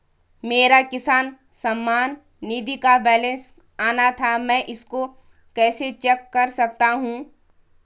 मेरा किसान सम्मान निधि का बैलेंस आना था मैं इसको कैसे चेक कर सकता हूँ?